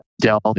delve